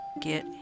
get